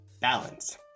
Balance